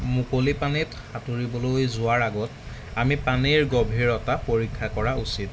মুকলি পানীত সাঁতুৰিবলৈ যোৱাৰ আগত আমি পানীৰ গভীৰতা পৰীক্ষা কৰা উচিত